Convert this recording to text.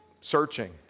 searching